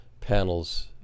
panels